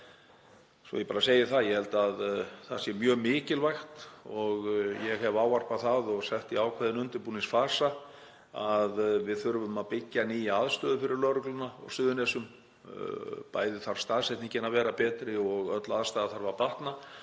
segi það, að það sé mjög mikilvægt, og ég hef ávarpað það og setti í ákveðinn undirbúningsfasa, að við þurfum að byggja nýja aðstöðu fyrir lögregluna á Suðurnesjum. Bæði þarf staðsetningin að vera betri og öll aðstaða þarf að batna.